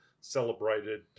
celebrated